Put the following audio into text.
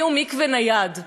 יש מקוואות ניידים.